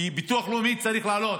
כי ביטוח לאומי צריך להעלות,